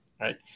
right